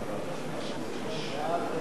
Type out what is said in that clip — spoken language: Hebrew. אדוני היושב-ראש,